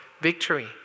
victory